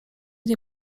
nie